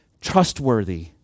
trustworthy